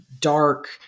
dark